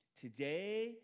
today